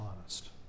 honest